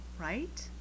Right